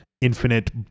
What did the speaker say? Infinite